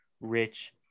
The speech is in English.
rich